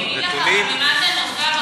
אני אגיד לך ממה זה נובע.